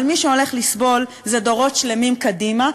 אבל מי שהולך לסבול זה דורות שלמים קדימה,